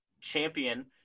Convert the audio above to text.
champion